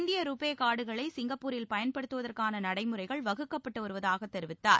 இந்திய ரூபே கார்டுகளை சிங்கப்பூரில் பயன்படுத்துவதற்கான நடைமுறைகள் வகுக்கப்பட்டு வருவதாகத் தெரிவித்தார்